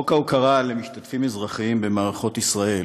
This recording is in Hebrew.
אנחנו מוסיפים לפרוטוקול את חבר הכנסת מקלב,